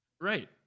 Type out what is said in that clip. Right